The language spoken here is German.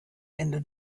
ende